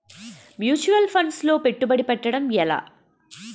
Mutual funds లో పెట్టుబడి పెట్టడం ఎలా?